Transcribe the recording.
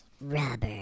Robert